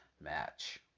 match